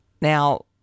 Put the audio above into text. Now